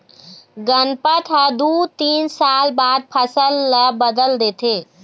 गनपत ह दू तीन साल बाद फसल ल बदल देथे